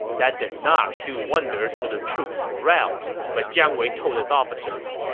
that did not do wonders for the troops' morale, but jiang wei told his officers,